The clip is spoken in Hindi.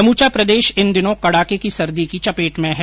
समूचा प्रदेश इन दिनों कड़ाके की सर्दी की चपेट में है